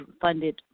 funded